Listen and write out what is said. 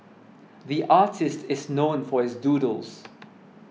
the artist is known for his doodles